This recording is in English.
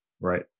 Right